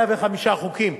105 חוקים.